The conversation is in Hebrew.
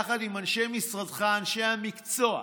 יחד עם אנשי משרדך, אנשי המקצוע,